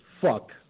fuck